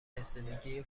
رسیدگی